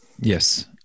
Yes